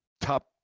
top